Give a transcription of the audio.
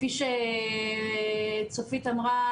כפי שצופית אמרה,